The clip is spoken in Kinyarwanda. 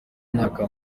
myaka